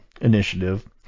initiative